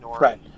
Right